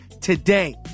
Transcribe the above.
today